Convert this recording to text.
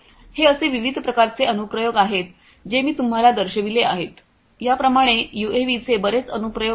हे असे विविध प्रकारचे अनुप्रयोग आहेत जे मी तुम्हाला दर्शविले आहेत याप्रमाणे यूएव्हीचे बरेच अनुप्रयोग आहेत